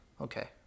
Okay